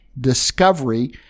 discovery